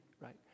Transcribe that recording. right